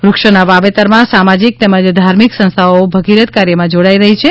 વૃક્ષોના વાવેતરમાં સામાજીક તેમજ ધાર્મિક સંસ્થાઓ આ ભગીરથ કાર્યમાં જોડાઇ રહી છે